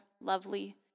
lovely